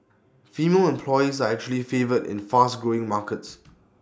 female employees are actually favoured in fast growing markets